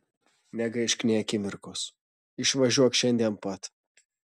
negaišk nė akimirkos išvažiuok šiandien pat